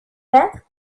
peintre